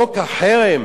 חוק החרם